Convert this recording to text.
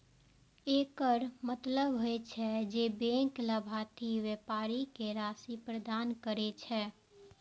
एकर मतलब होइ छै, जे बैंक लाभार्थी व्यापारी कें राशि प्रदान करै छै